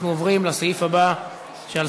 אנחנו עוברים לסעיף הבא בסדר-היום.